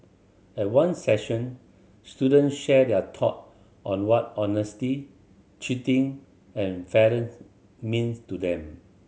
at one session student shared their thought on what honesty cheating and fairness means to them